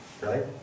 right